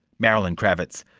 marilyn krawitz.